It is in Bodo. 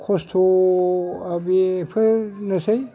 खस्थ'आ बेफोरनोसै